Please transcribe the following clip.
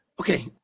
Okay